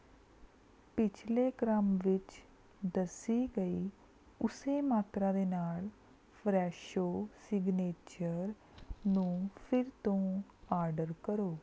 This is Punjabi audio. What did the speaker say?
ਪਿਛਲੇ ਕ੍ਰਮ ਵਿੱਚ ਦੱਸੀ ਗਈ ਉਸੇ ਮਾਤਰਾ ਦੇ ਨਾਲ ਫਰੈਸ਼ੋ ਸਿਗਨੇਚਰ ਨੂੰ ਫਿਰ ਤੋਂ ਆਰਡਰ ਕਰੋ